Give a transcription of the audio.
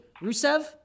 Rusev